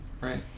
Right